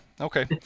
Okay